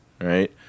right